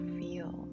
feel